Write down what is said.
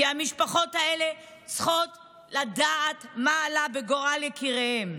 כי המשפחות האלה צריכות לדעת מה עלה בגורל יקיריהן.